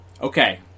Okay